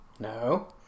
No